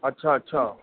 अच्छा अच्छा